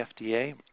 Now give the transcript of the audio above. FDA